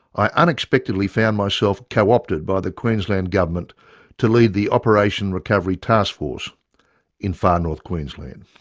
i unexpectedly found myself co-opted by the queensland government to lead the operation recovery task force in far north queensland.